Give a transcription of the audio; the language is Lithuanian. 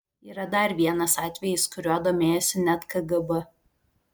yra dar vienas atvejis kuriuo domėjosi net kgb